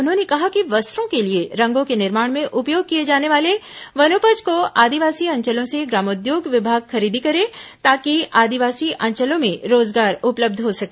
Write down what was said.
उन्होंने कहा कि वस्त्रों के लिए रंगों के निर्माण में उपयोग किए जाने वाले वनोपज को आदिवासी अंचलों से ग्रामोद्योग विभाग खरीदी करें ताकि आदिवासी अंचलों में रोजगार उपलब्ध हो सके